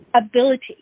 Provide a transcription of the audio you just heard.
ability